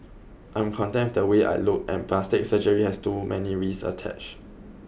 I am content with the way I look and plastic surgery has too many risks attached